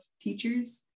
teachers